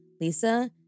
Lisa